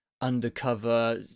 undercover